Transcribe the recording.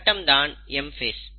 இந்தக் கட்டம் தான் M ஃபேஸ்